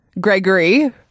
Gregory